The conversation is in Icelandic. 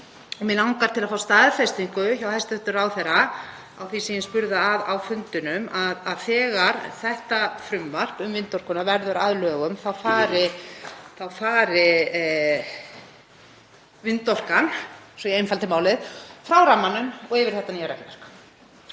Mig langar til að fá staðfestingu hjá hæstv. ráðherra á því sem ég spurði að á fundinum, hvort þegar þetta frumvarp um vindorkuna verður að lögum þá fari vindorkan, svo að ég einfaldi málið, frá rammanum og yfir í þetta nýja regluverk.